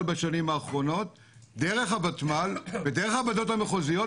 בשנים האחרונות דרך הוותמ"ל ודרך הוועדות המחוזיות.